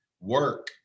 work